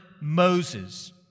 Moses